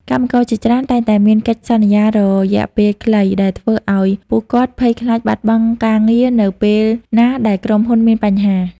កម្មករជាច្រើនតែងតែមានកិច្ចសន្យារយៈពេលខ្លី ដែលធ្វើឱ្យពួកគាត់ភ័យខ្លាចបាត់បង់ការងារនៅពេលណាដែលក្រុមហ៊ុនមានបញ្ហា។